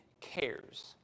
cares